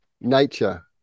Nature